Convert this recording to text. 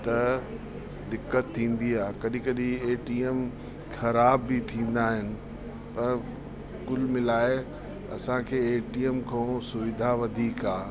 त दिक़तु थींदी आहे कॾहिं कॾहिं एटीएम ख़राब बि थींदा आहिनि पर कुल मिलाए असांखे एटीएम खां सुविधा वधीक आहे